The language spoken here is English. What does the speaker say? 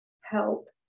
help